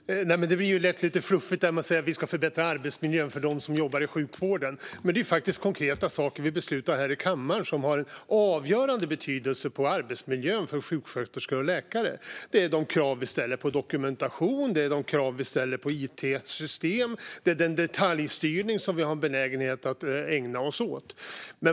Fru talman! Det blir lätt lite fluffigt när man säger att vi ska förbättra arbetsmiljön för dem som jobbar i sjukvården. Det är faktiskt konkreta saker som vi beslutar här i kammaren som har avgörande betydelse för arbetsmiljön för sjuksköterskor och läkare. Det är de krav vi ställer på dokumentation, det är de krav vi ställer på it-system och det är den detaljstyrning som vi har en benägenhet att ägna oss åt.